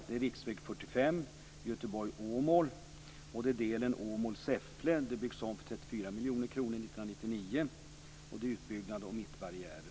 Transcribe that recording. I fråga om riksväg 45 miljoner kronor 1999. Det handlar om utbyggnad av mittbarriärer.